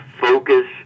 focus